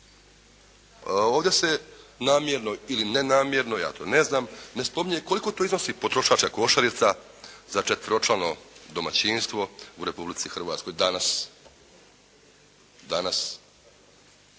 Ovdje se namjerno ili nenamjerno, ja to ne znam, ne spominje koliko to iznosi potrošačka košarica za četveročlano domaćinstvo u Republici Hrvatskoj danas?